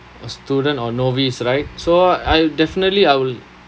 a student or novice right so I'll definitely I will